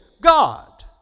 God